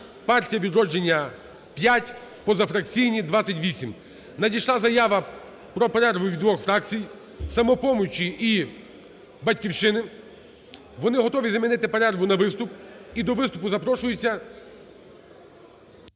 "Партія "Відродження" - 5, позафракційні – 28. Надійшла заява про перерву від двох фракцій: "Самопомочі" і "Батьківщини". Вони готові замінити перерву на виступ. І до виступу запрошуєтьсяЗубач.